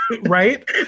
Right